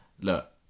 look